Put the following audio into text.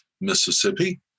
Mississippi